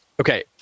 Okay